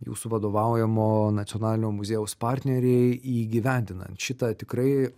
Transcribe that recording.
jūsų vadovaujamo nacionalinio muziejaus partneriai įgyvendinant šitą tikrai